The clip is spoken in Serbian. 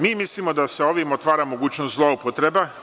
Mi mislimo da se ovim otvara mogućnost zloupotreba.